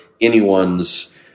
anyone's